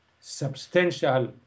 substantial